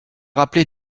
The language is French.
rappelée